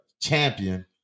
champion